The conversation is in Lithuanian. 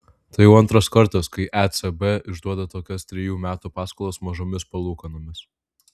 tai jau antras kartas kai ecb išduoda tokias trejų metų paskolas mažomis palūkanomis